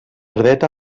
dreta